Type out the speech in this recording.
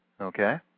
Okay